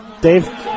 Dave